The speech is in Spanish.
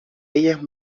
ellas